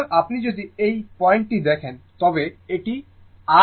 সুতরাং আপনি যদি এই পয়েন্টটি দেখেন তবে এটি r π2